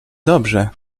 dobrze